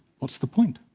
what's the point?